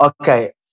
okay